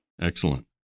Excellent